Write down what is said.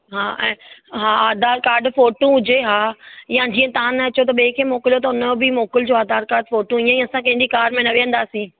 हा ऐं हा आधार कार्ड फोटू हुजे हा हा या जीअं तव्हां न अचो त ॿिए खे मोकलियो त हुन जो बि मोकिलजो आधार काड फोटू ईंअ ई असां कंहिंजी कार में न वेंदासीं